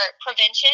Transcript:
prevention